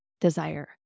desire